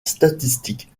statistique